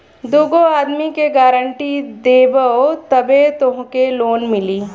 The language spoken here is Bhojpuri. दूगो आदमी के गारंटी देबअ तबे तोहके लोन मिली